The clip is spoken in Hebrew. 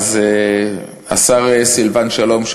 השר סילבן שלום,